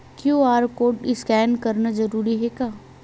QR code scan करना जरूरी हे का?